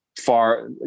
far